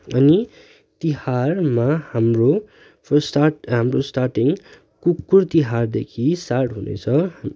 अनि तिहारमा हाम्रो फर्स्ट स्टार्ट हाम्रो स्टार्टिङ कुकुर तिहारदेखि स्टार्ट हुनेछ